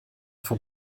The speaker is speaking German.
vom